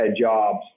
jobs